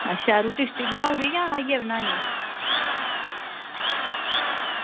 अच्छा रुट्टी बनाई ओड़ी जां आइयै बनानी